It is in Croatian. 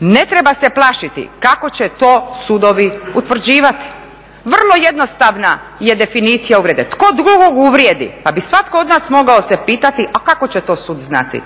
Ne treba se plašiti kako će to sudovi utvrđivati. Vrlo jednostavna je definicija uvrede tko drugog uvrijedi, pa bi svako od nas mogao bi se pitati, a kako će to sud znati.